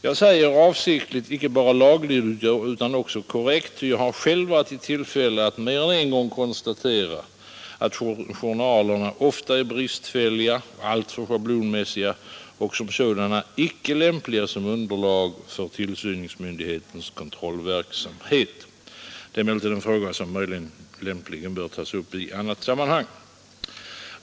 Jag säger avsiktligt inte bara laglydig utan också korrekt, ty jag har själv varit i tillfälle att mer än en gång konstatera att journalerna ofta är bristfälliga och alltför schablonmässiga och som sådana inte lämpliga som underlag för tillsynsmyndighetens kontrollverksamhet. Det är emellertid en särskild fråga, som lämpligen bör tas upp i annat sammanhang.